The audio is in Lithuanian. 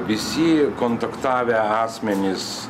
visi kontaktavę asmenys